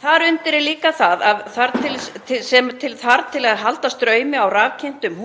Þar undir er líka það sem til þarf til að halda straumi á rafkyntum